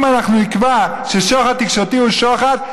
אם אנחנו נקבע ששוחד תקשורתי הוא שוחד,